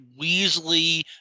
Weasley